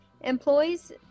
Employees